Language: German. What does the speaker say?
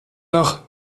noch